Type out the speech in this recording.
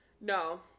no